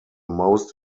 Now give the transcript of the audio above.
most